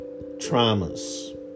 traumas